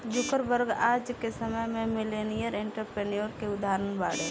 Zuckerberg आज के समय में मिलेनियर एंटरप्रेन्योर के उदाहरण बाड़े